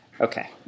Okay